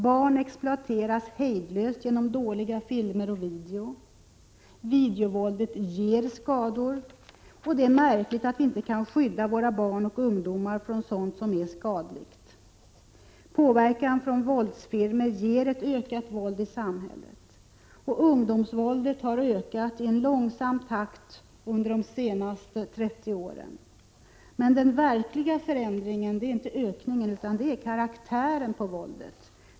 Barn exploateras hejdlöst genom dåliga filmer och video. Videovåldet ger skador. Det är märkligt att vi inte kan skydda våra barn och ungdomar från sådant som är skadligt. Påverkan från våldsfilmer ger ett ökat våld i samhället. Ungdomsvåldet har ökat i en långsam takt under de senaste 30 åren. Men den verkliga förändringen är inte ökningen utan karaktären på våldet.